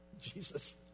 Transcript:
Jesus